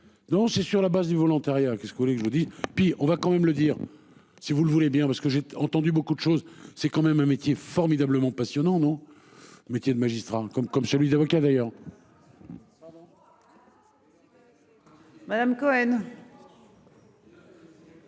voulez que je vous dis, puis on va quand même le dire si vous le voulez bien parce que j'ai entendu beaucoup de choses, c'est quand même un métier formidablement passionnant non métier de magistrat comme comme celui d'avocat d'ailleurs. Madame Cohen.